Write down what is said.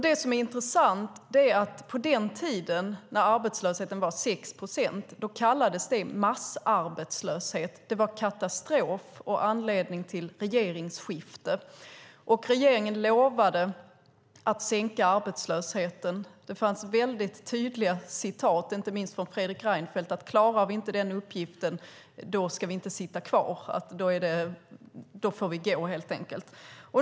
Det som är intressant är att på den tiden när arbetslösheten var 6 procent kallades det massarbetslöshet. Det var katastrof och anledning till regeringsskifte. Regeringen lovade att sänka arbetslösheten. Det fanns väldigt tydliga uttalanden inte minst från Fredrik Reinfeldt av typen: Klarar vi inte den uppgiften ska vi inte sitta kvar. Då får vi gå, helt enkelt.